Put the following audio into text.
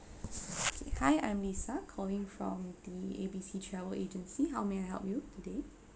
hi i'm lisa calling from the A B C travel agency how may I help you today